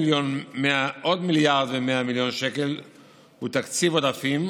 עוד מיליארד ו-100 מיליון שקל הוא תקציב עודפים,